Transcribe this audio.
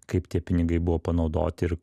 kaip tie pinigai buvo panaudoti ir